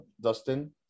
Dustin